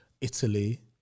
Italy